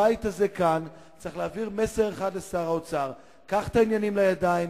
הבית הזה כאן צריך להעביר מסר אחד לשר האוצר: קח את העניינים לידיים,